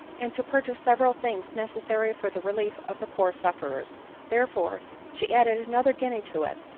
and to purchase several things necessary for the relief of the poor sufferers therefore she added another guinea to it,